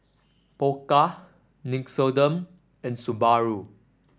Pokka Nixoderm and Subaru